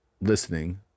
listening